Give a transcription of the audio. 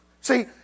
See